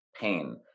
pain